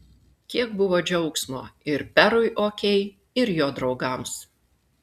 kiek buvo džiaugsmo ir perui okei ir jo draugams